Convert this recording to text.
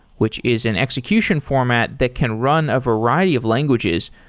which is an execution format that can run a variety of languages,